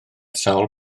sawl